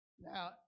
Now